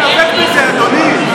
אז צריך להיאבק בזה, אדוני.